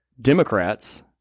Democrats